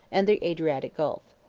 and the adriatic gulf.